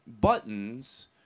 buttons